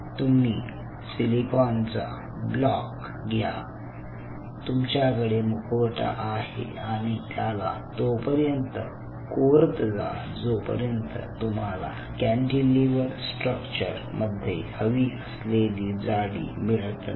तुम्ही सिलिकॉनचा ब्लॉक घ्या तुमच्याकडे मुखवटा आहे आणि त्याला तोपर्यंत कोरत जा जोपर्यंत तुम्हाला कॅन्टीलिव्हर स्ट्रक्चर मध्ये हवी असलेली जाडि मिळत नाही